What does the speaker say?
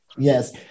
Yes